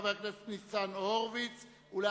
חבר הכנסת ניצן הורוביץ ואחריו,